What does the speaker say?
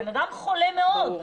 הבן אדם חולה מאוד.